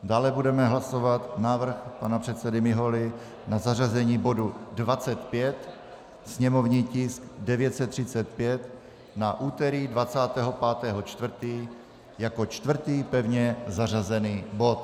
Dále budeme hlasovat návrh pana předsedy Miholy na zařazení bodu 25, sněmovní tisk 935, na úterý 25. 4. jako čtvrtý pevně zařazený bod.